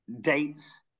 dates